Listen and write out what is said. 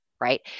Right